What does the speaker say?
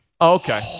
Okay